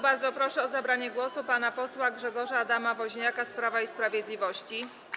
Bardzo proszę o zabranie głosu pana posła Grzegorza Adama Woźniaka z Prawa i Sprawiedliwości.